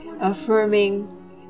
affirming